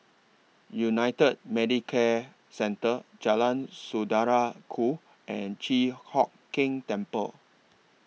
United Medicare Centre Jalan Saudara Ku and Chi Hock Keng Temple